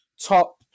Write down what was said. top